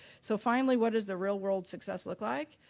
so finally what does the real world success look like?